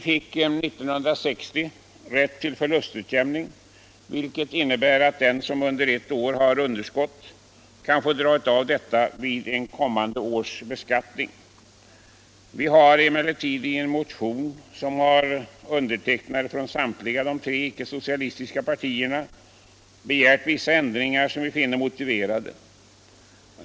År 1960 infördes rätt till förlustutjämning, vilket innebär att den som under ett år har underskott kan få dra av det vid ett kommande års beskattning. I en motion, som har undertecknare från samtliga de tre icke-socialistiska partierna, har vi emellertid begärt vissa ändringar som vi finner motiverade.